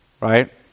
Right